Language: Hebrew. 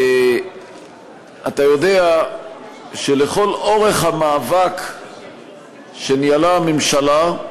אתה יודע שלכל אורך המאבק שניהלה הממשלה,